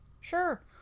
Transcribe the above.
Sure